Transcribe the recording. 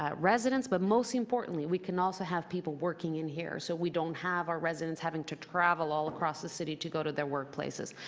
residents, but most importantly, we can also have people working in here so we don't have our residence having to travel all across the city to go to their workplaces.